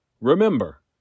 Remember